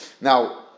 Now